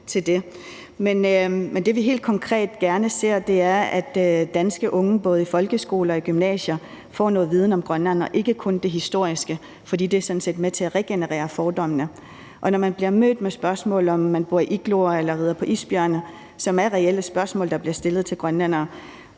Men det, vi helt konkret gerne ser, er, at danske unge både i folkeskolen og gymnasiet får noget viden om Grønland og ikke kun om det historiske, fordi det sådan set er med til at regenerere fordommene. Og når man bliver mødt med spørgsmål, som går ud på, om man bor i igloer eller rider på isbjørne, som er reelle spørgsmål, der bliver stillet til grønlændere,